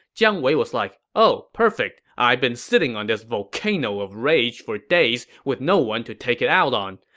jiang wei was like, oh perfect, i've been sitting on this volcano of rage for days with no one to take it out on.